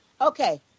okay